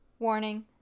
Warning